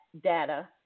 data